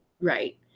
right